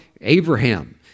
Abraham